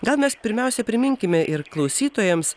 gal mes pirmiausia priminkime ir klausytojams